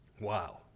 Wow